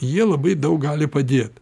jie labai daug gali padėt